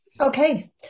Okay